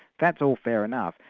that's all fair enough,